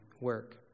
work